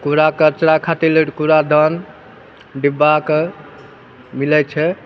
कूड़ा कचरा खातिर लए जे कूड़ादान डिब्बाके मिलै छै